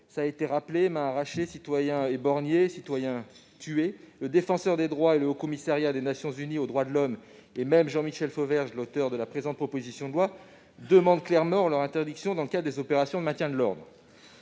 dangerosité : mains arrachées, citoyens éborgnés, manifestants tués. Le Défenseur des droits, le Haut-Commissariat des Nations unies aux droits de l'homme et même Jean-Michel Fauvergue, auteur de la présente proposition de loi, demandent clairement leur interdiction dans le cadre des opérations de maintien de l'ordre.